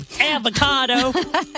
Avocado